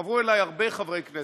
חברו אליי הרבה חברי כנסת.